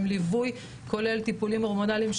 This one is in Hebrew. כולל טיפולים הורמונליים,